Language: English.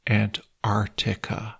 antarctica